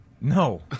no